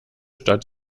stadt